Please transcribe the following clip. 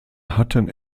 hatten